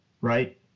right